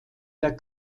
der